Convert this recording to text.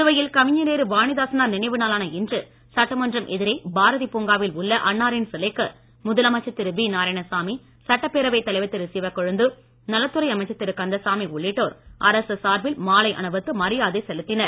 புதுவையில் கவிஞரேறு வாணிதாசனார் நினைவு நாளான இன்று சட்டமன்றம் எதிரே பாரதி பூங்காவில் உள்ள அன்னாரின் சிலைக்கு முதலமைச்சர் திரு வி நாராயணசாமி சட்டப்பேரவை தலைவர் திரு சிவக்கொழுந்து நலத்துறை அமைச்சர் திரு கந்தசாமி உள்ளிட்டோர் அரசு சார்பில் மாலை அணிவித்து மரியாதை செலுத்தினர்